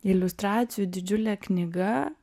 iliustracijų didžiulė knyga